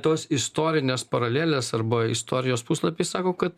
tos istorinės paralelės arba istorijos puslapiai sako kad